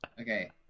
Okay